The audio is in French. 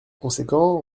conséquent